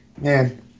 man